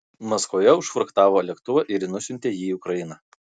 maskvoje užfrachtavo lėktuvą ir nusiuntė jį į ukrainą